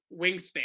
wingspan